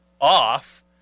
off